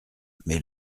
mais